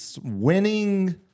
winning